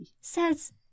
says